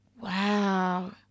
Wow